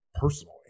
personally